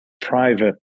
private